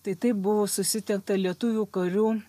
tai taip buvo susitelkta lietuvių karių